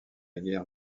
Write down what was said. guerre